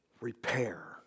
repair